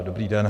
Dobrý den.